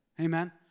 Amen